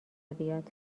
بیاد